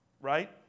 Right